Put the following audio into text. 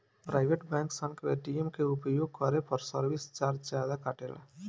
private bank सन के ATM के उपयोग करे पर सर्विस चार्ज जादा कटेला